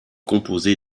composé